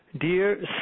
Dear